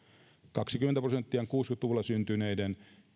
kaksikymmentä prosenttia on kuusikymmentä luvulla syntyneiden